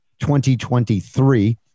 2023